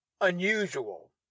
unusual